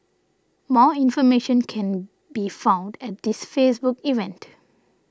more information can be found at this Facebook event